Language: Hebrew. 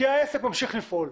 העסק ממשיך לפעול.